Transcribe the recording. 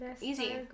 easy